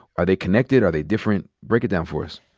are they connected? are they different? break it down for us.